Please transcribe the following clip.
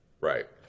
right